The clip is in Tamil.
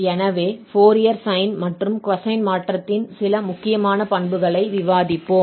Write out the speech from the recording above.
எனவே ஃபோரியர் சைன் மற்றும் கொசைன் மாற்றத்தின் சில முக்கியமான பண்புகளை விவாதிப்போம்